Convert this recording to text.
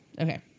Okay